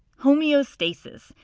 homeostasis.